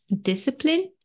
discipline